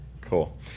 cool